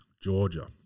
Georgia